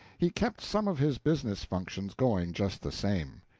he kept some of his business functions going just the same.